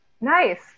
nice